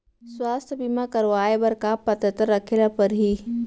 स्वास्थ्य बीमा करवाय बर का पात्रता रखे ल परही?